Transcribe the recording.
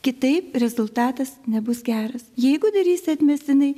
kitaip rezultatas nebus geras jeigu darysi atmestinai